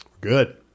Good